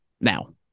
now